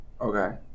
Okay